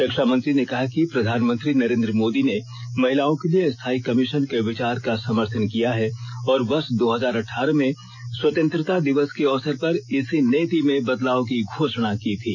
रक्षामंत्री ने कहा है कि प्रधानमंत्री नरेंद्र मोदी ने महिलाओं के लिए स्थायी कमीशन के विचार का समर्थन किया है और वर्ष दो हजार अठारह में स्वतंत्रता दिवस के अवसर पर इस नीति में बदलाव की घोषणा की थी